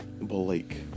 Blake